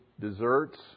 desserts